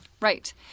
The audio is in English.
Right